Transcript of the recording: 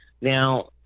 Now